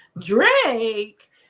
drake